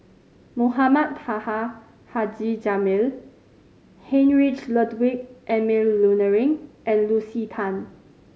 Mohamed Taha Haji Jamil Heinrich Ludwig Emil Luering and Lucy Tan